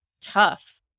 tough